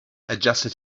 adjusted